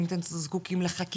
האם אתם זקוקים לחקיקה?